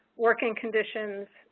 working conditions,